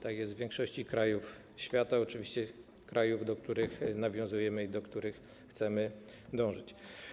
Tak jest w większości krajów świata, oczywiście krajów, do których nawiązujemy i do których chcemy dążyć.